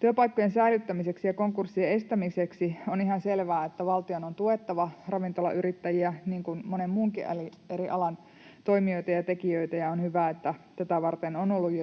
Työpaikkojen säilyttämiseksi ja konkurssien estämiseksi on ihan selvää, että valtion on tuettava ravintolayrittäjiä niin kuin monen muunkin eri alan toimijoita ja tekijöitä, ja on hyvä, että tätä varten on ollut jo